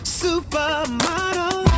supermodel